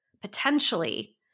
potentially